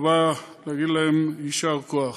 טובה להגיד להם יישר כוח.